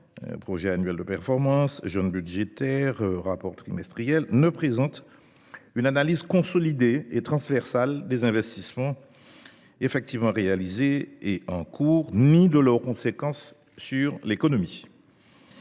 (projet annuel de performance, “jaune”, rapport trimestriel) ne présente cependant une analyse consolidée et transversale des investissements effectivement réalisés et en cours ni de leurs conséquences sur l’économie